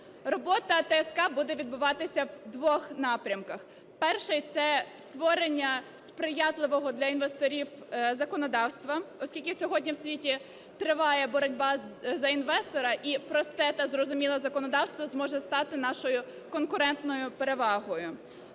Робота ТСК буде відбуватися в двох напрямках: перший – це створення сприятливого для інвесторів законодавства, оскільки сьогодні в світі триває боротьба за інвестора і просте та зрозуміле законодавство зможе стати нашою конкурентною перевагою;